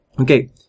Okay